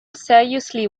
seriously